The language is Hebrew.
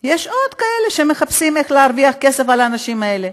יש עוד כאלה שמחפשים איך להרוויח כסף על האנשים האלה,